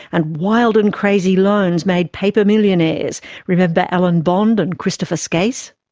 and wild and crazy loans made paper millionaires remember alan bond and christopher skase?